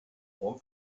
form